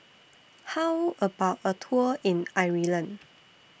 How about A Tour in Ireland